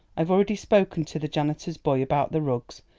i've already spoken to the janitor's boy about the rugs,